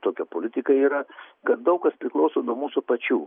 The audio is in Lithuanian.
tokia politika yra kad daug kas priklauso nuo mūsų pačių